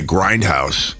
Grindhouse